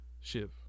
Shiv